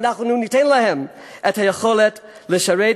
ואנחנו ניתן להם את היכולת לשרת,